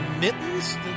mittens